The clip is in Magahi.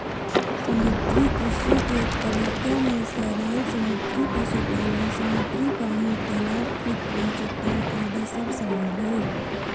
समुद्री कृषि के तरीका में शैवाल समुद्री पशुपालन, समुद्री पानी, तलाब कृत्रिम चट्टान आदि सब शामिल हइ